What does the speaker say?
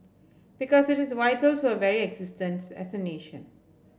because it is vital to our very existence as a nation